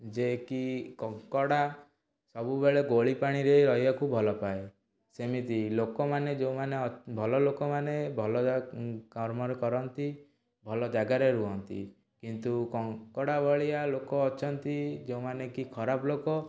ଯେ କି କଙ୍କଡ଼ା ସବୁବେଳେ ଗୋଳିପାଣିରେ ରହିବାକୁ ଭଲପାଏ ସେମିତି ଲୋକମାନେ ଯୋଉମାନେ ଭଲ ଲୋକମାନେ ଭଲ କର୍ମରେ କରନ୍ତି ଭଲ ଜାଗାରେ ରୁହନ୍ତି କିନ୍ତୁ କଙ୍କଡ଼ା ଭଳିଆ ଲୋକ ଅଛନ୍ତି ଯେଉଁମାନେ କି ଖରାପ ଲୋକ